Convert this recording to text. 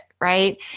right